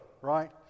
Right